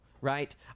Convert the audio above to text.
right